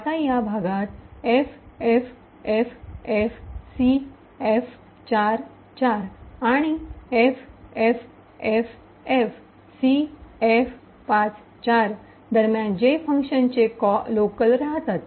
आता या भागात ffffcf44 आणि ffffcf54 दरम्यान जेथे फंक्शनचे लोकल राहतात